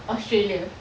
Australia